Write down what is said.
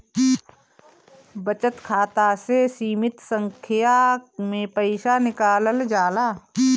बचत खाता से सीमित संख्या में पईसा निकालल जाला